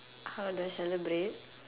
how do I celebrate